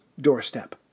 doorstep